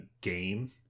game